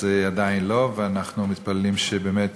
אז עדיין לא, ואנחנו מתפללים שבאמת